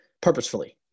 purposefully